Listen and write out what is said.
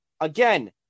Again